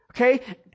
Okay